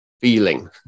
feeling